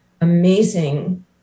amazing